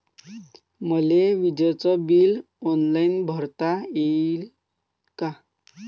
मले विजेच bill online भरता येईन का?